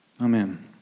Amen